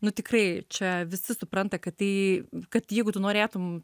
nu tikrai čia visi supranta kad tai kad jeigu tu norėtum